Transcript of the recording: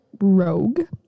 rogue